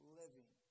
living